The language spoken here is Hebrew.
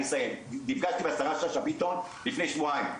נפגשתי עם השרה שאשה ביטון לפני שבועיים,